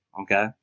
okay